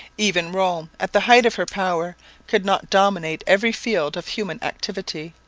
even rome at the height of her power could not dominate every field of human activity.